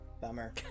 Bummer